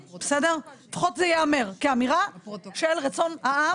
לפחות זה ייאמר כאמירה של רצון העם,